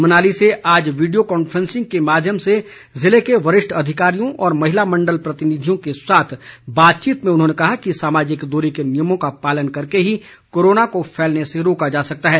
मनाली से आज video conferencing के माध्यम से ज़िले के वरिष्ठ अधिकारियों और महिला मंडल प्रतिनिधियों के साथ बातचीत में उन्होंने कहा कि सामाजिक दूरी के नियमों का पालन करके ही कोरोना को फैलने से रोका जा सकता है